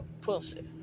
pussy